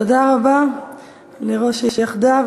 תודה רבה לראש היחדה.